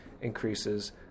increases